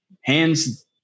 hands